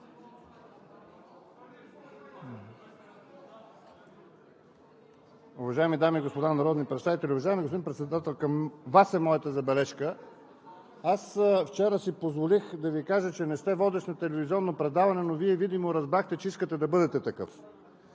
Уважаеми дами и господа народни представители! Уважаеми господин Председател, към Вас е моята забележка. Вчера си позволих да Ви кажа, че не сте водещ на телевизионно предаване, но Вие видимо разбрахте, че искате да бъдете такъв.